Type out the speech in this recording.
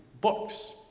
books